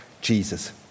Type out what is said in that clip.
Jesus